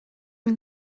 миң